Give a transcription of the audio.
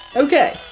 Okay